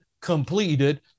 completed